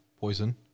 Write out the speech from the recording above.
poison